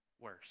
worse